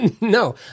No